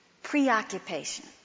Preoccupation